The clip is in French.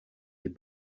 des